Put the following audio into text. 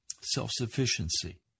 Self-sufficiency